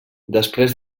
després